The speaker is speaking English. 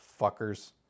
fuckers